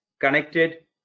connected